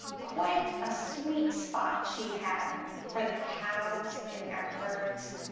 quite a sweet spot she had for the cows in their herds.